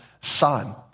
son